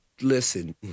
Listen